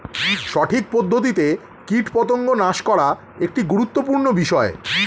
সঠিক পদ্ধতিতে কীটপতঙ্গ নাশ করা একটি গুরুত্বপূর্ণ বিষয়